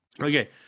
Okay